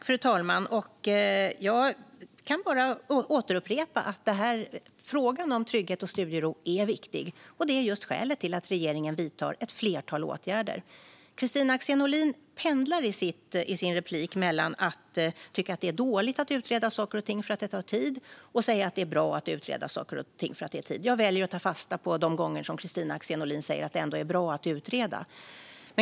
Fru talman! Jag kan bara upprepa vad jag sagt: Frågan om trygghet och studiero är viktig. Det är skälet till att regeringen vidtar ett flertal åtgärder. Kristina Axén Olin pendlar i sitt inlägg mellan att tycka att det är dåligt att utreda saker och ting eftersom det tar tid och att säga att det är bra att utreda saker och ting. Jag väljer att ta fasta på de gånger Kristina Axén Olin säger att det är bra att utreda.